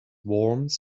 worms